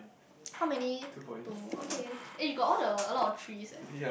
how many two okay eh you got all the a lot of trees eh